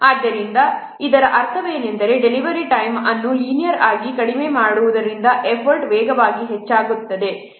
ಆದ್ದರಿಂದ ಇದರ ಅರ್ಥವೇನೆಂದರೆ ಡೆಲಿವರಿ ಟೈಮ್ ಅನ್ನು ಲೀನಿಯರ್ ಆಗಿ ಕಡಿಮೆ ಮಾಡುವುದರಿಂದ ಎಫರ್ಟ್ ವೇಗವಾಗಿ ಹೆಚ್ಚಾಗುತ್ತದೆ